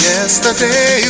Yesterday